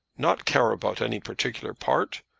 not care about any particular part?